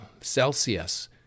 celsius